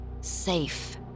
safe